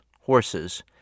horses